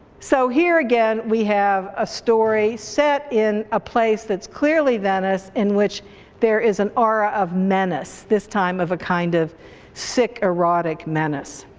so here again we have a story set in a place that's clearly venice in which there is an aura of menace. this time of a kind of sick, erotic menace.